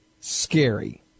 scary